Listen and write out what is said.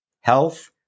health